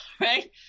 right